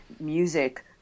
music